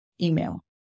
email